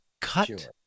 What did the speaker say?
cut